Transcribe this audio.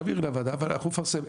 תעבירי לוועדה ואנחנו נפרסם.